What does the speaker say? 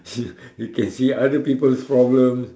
you can see other people's problems